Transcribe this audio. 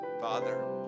Father